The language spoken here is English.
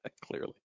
Clearly